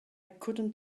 couldn’t